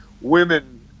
women